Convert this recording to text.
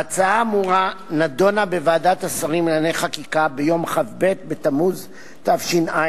ההצעה האמורה נדונה בוועדת השרים לענייני חקיקה ביום כ"ב בתמוז תש"ע,